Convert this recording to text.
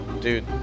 Dude